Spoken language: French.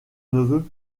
neveu